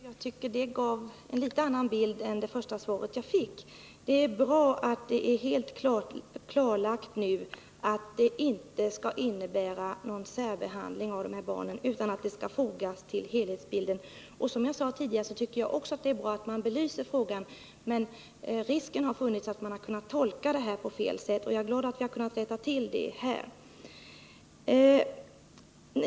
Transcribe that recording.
Herr talman! Jag får tacka för detta kompletterande svar. Det gav en litet annan bild än det första svaret jag fick. Det är bra att det nu är helt klarlagt att det inte skall ske någon särbehandling av dessa barn utan att man skall se till helhetsbilden. Som jag sade tidigare tycker jag att det är bra att denna fråga belyses, men risk har funnits för feltolkningar. Jag är därför glad att vi här har kunnat rätta till detta.